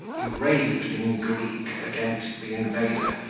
he raved in greek against the invader,